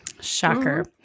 shocker